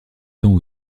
temps